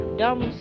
dumb